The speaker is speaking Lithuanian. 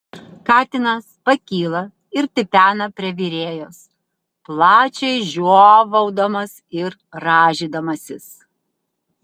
katinas pakyla ir tipena prie virėjos plačiai žiovaudamas ir rąžydamasis